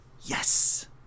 Yes